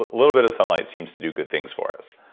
a little bit of sunlight seems to do good things for us